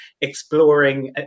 exploring